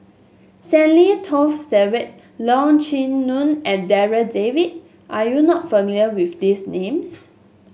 Stanley Toft Stewart Leong Chee Mun and Darryl David are you not familiar with these names